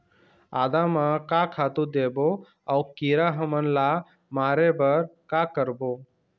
आदा म का खातू देबो अऊ कीरा हमन ला मारे बर का करबो?